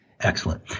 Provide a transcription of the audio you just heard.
Excellent